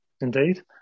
indeed